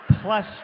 plus